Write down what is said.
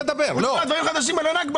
--- דברים חדשים על הנכבה